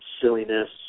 silliness